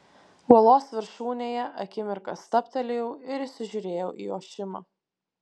uolos viršūnėje akimirką stabtelėjau ir įsižiūrėjau į ošimą